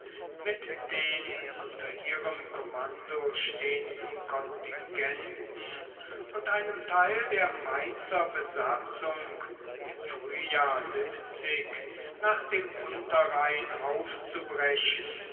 mit den unter ihrem kommando stehenden kontingenten und einem teil der mainzer besatzung im frühjahr nach dem unterrhein aufzubrechen